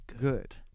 Good